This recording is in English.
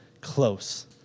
close